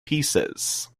pieces